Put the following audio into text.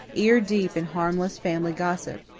ear-deep in harmless family gossip.